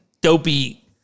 dopey